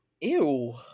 Ew